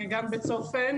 גם בצופן,